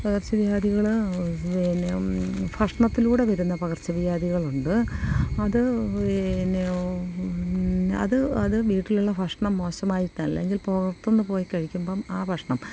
പകർച്ച വ്യാധികൾ പിന്നെ ഭക്ഷണത്തിലൂടെ വരുന്ന പകർച്ച വ്യാധികളുണ്ട് അത് എന്നാൽ അത് അത് വീട്ടിലുള്ള ഭക്ഷണം മോശമായിട്ടല്ല അല്ലെങ്കിൽ പുറത്തു നിന്നു പോയി കഴിക്കുമ്പം ആ ഭക്ഷണം